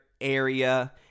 area